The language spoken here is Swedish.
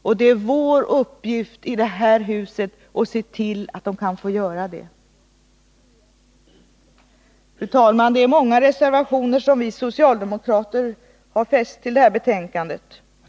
Och det är vår uppgift i det här huset att se till att de får göra det. Fru talman! Det är många reservationer som vi socialdemokrater har fogat till det här betänkandet.